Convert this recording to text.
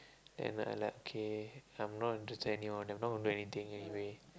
then I like okay I'm not interested in any of them I'm not gonna do anything anyway